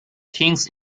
things